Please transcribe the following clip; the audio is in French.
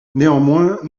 néanmoins